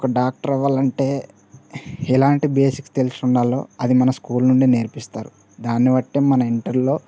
ఒక డాక్టర్ అవ్వాలంటే ఎలాంటి బేసిక్స్ తెలిసి ఉండాలి అది మన స్కూల్ నుండి నేర్పిస్తారు దాన్నిబట్టే మన ఇంటర్లో